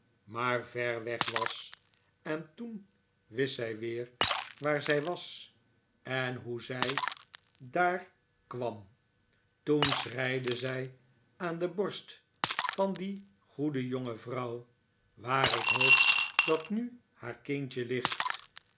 maar ver weg was en toen wist zij weer waar zij was en hoe zij daar kwam toen schreide zij aan de borst van die goeemily's terugkeer naar huis de jonge vrouw waar ik hoop dat nu haai kindje ligt